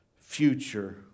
future